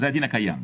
זה הדין הקיים.